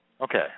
Okay